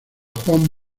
juan